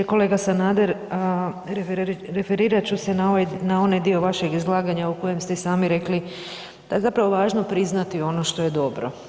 Kolega Sanader referirat ću se na ovaj, na onaj dio vašeg izlaganja u kojem ste i sami rekli da je zapravo važno priznati ono što je dobro.